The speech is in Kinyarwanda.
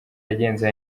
yagenze